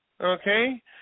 okay